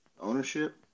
ownership